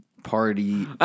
Party